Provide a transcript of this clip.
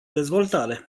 dezvoltare